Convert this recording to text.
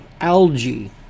algae